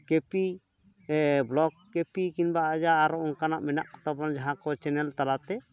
ᱠᱮᱯᱤ block ᱠᱮᱯᱤ ᱠᱤᱝᱵᱟ ᱟᱡᱟᱜ ᱟᱨᱚ ᱚᱱᱠᱟᱱᱟᱜ ᱢᱮᱱᱟ ᱠᱚᱛᱟ ᱵᱚᱱᱟ ᱡᱟᱦᱟᱸ ᱠᱚ ᱪᱮᱱᱮᱞ ᱛᱟᱞᱟᱛᱮ